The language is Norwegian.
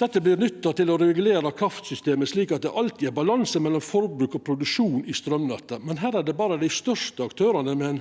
Dette vert nytta til å regulera kraftsystemet slik at det alltid er balanse mellom forbruk og produksjon i straumnettet, men her er det berre dei største aktørane med ein